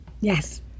Yes